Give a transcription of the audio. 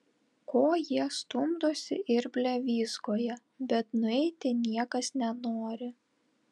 ko jie stumdosi ir blevyzgoja bet nueiti niekas nenori